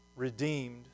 redeemed